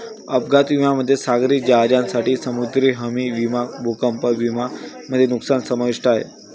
अपघात विम्यामध्ये सागरी जहाजांसाठी समुद्री हमी विमा भूकंप विमा मध्ये नुकसान समाविष्ट आहे